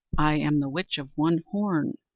i am the witch of one horn,